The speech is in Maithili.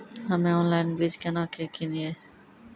हम्मे ऑनलाइन बीज केना के किनयैय?